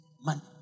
money